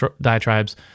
diatribes